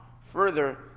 further